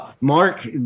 Mark